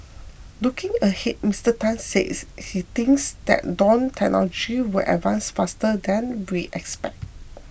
looking ahead Mister Tan said he thinks that drone technology will advance faster than we expect